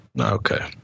okay